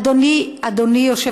אני מבקש --- אדוני היושב-ראש,